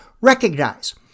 recognize